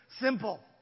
simple